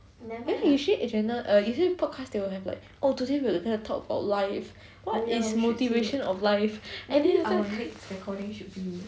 there's usually agenda err usually podcast they will have like oh today we are going to talk about life what is motivation of life and then after that